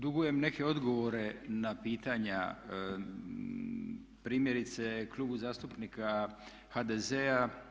Dugujem neke odgovore na pitanja primjerice Klubu zastupnika HDZ-a.